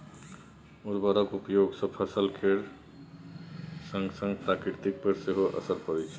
उर्वरकक उपयोग सँ फसल केर संगसंग प्रकृति पर सेहो असर पड़ैत छै